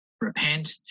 Repent